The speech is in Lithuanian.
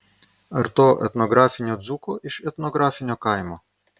ar to etnografinio dzūko iš etnografinio kaimo